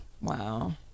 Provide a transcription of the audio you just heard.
Wow